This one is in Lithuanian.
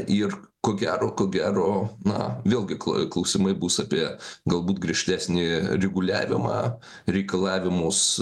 ir ko gero ko gero na vėlgi kl klausimai bus apie galbūt griežtesnį reguliavimą reikalavimus